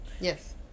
Yes